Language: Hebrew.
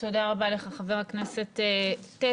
תודה רבה לך חבר הכנסת טסלר.